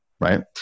right